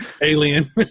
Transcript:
Alien